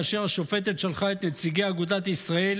כאשר השופטת שלחה את נציגי אגודת ישראל